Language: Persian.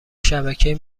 شبکهای